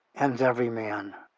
ends every man.